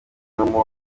umuntu